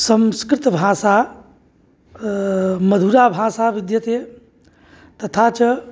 संस्कृतभाषा मधुरा भाषा विद्यते तथा च